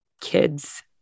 kids